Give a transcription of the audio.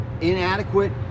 inadequate